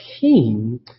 King